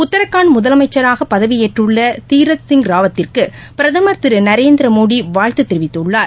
உத்தாரகண்ட முதலமைச்சராக பதவியேற்றுள்ள தீரத் சிய் ராவத்திற்கு பிரதமர் திரு நரேந்திர மோடி வாழ்த்து தெரிவித்துள்ளார்